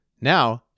Now